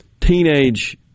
teenage